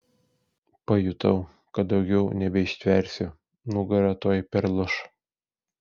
pajutau kad daugiau nebeištversiu nugara tuoj perlūš